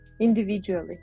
individually